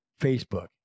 facebook